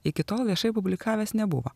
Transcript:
iki tol viešai publikavęs nebuvo